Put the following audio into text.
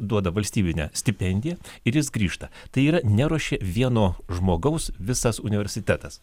duoda valstybinę stipendiją ir jis grįžta tai yra neruošė vieno žmogaus visas universitetas